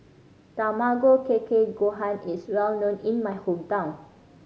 Tamago Kake Gohan is well known in my hometown